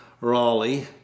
Raleigh